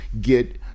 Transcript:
get